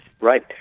Right